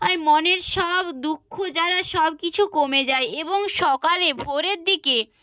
আর মনের সব দুঃখ জ্বালা সব কিছু কমে যায় এবং সকালে ভোরের দিকে